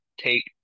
take